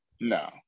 No